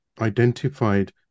identified